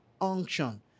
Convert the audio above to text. unction